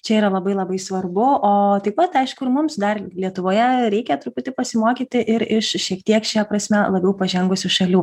čia yra labai labai svarbu o taip pat aišku ir mums dar lietuvoje reikia truputį pasimokyti ir iš šiek tiek šia prasme labiau pažengusių šalių